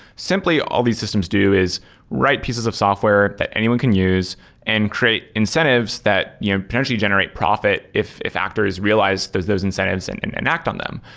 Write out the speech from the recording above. simply, all these systems do is write pieces of software that anyone can use and create incentives that you know potentially generate profi t if if actors realize those those incentives and and and act on them.